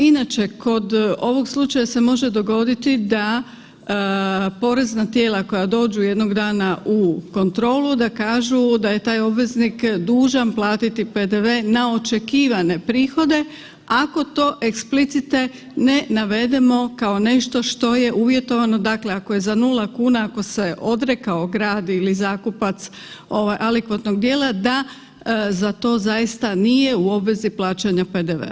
Inače kod ovog slučaja se može dogoditi da porezna tijela koja dođu jednog dana u kontrolu da kažu da je taj obveznik dužan platiti PDV na očekivane prihode ako to eksplicite ne navedemo kao nešto što je uvjetovano, dakle ako je za 0 kuna, ako se odrekao grad ili zakupac alikvotnog dijela, da za to zaista nije u obvezi plaćanja PDV-a.